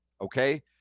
okay